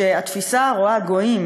שהתפיסה הרואה גויים